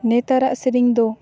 ᱱᱮᱛᱟᱨᱟᱜ ᱥᱮᱨᱮᱧ ᱫᱚ